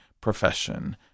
profession